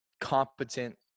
competent